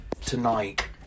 tonight